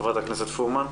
חברת הכנסת פרומן.